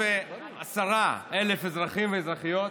610,000 אזרחים ואזרחיות